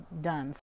done